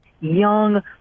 young